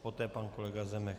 Poté pan kolega Zemek.